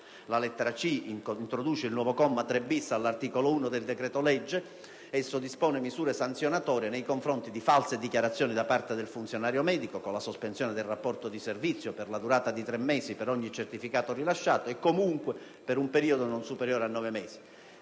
La lettera *c)* introduce un nuovo comma 3-*bis* all'articolo 1 del decreto-legge n. 1 del 2006. Esso dispone misure sanzionatorie nei confronti di false dichiarazioni da parte del funzionario medico, con la sospensione del rapporto di servizio per la durata di tre mesi per ogni certificato rilasciato e comunque per un periodo non superiore a nove mesi.